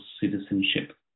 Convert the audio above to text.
citizenship